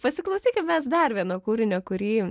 pasiklausykim mes dar vieno kūrinio kurį